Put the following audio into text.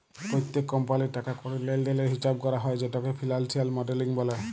প্যত্তেক কমপালির টাকা কড়ির লেলদেলের হিচাব ক্যরা হ্যয় যেটকে ফিলালসিয়াল মডেলিং ব্যলে